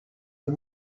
the